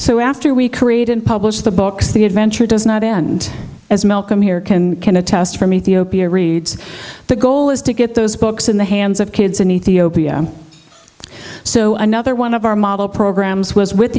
so after we create and publish the books the adventure does not end as malcolm here can can attest from ethiopia reads the goal is to get those books in the hands of kids in ethiopia so another one of our model programs was with